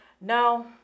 No